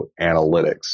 analytics